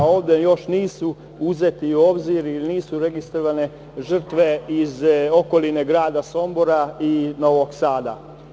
Ovde još nisu uzeti u obzir, ili nisu registrovane žrtve iz okoline grada Sombora i Novog Sada.